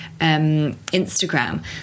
Instagram